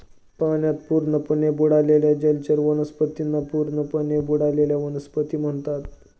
पाण्यात पूर्णपणे बुडालेल्या जलचर वनस्पतींना पूर्णपणे बुडलेल्या वनस्पती म्हणतात